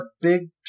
big